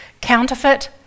Counterfeit